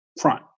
front